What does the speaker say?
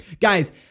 guys